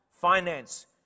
finance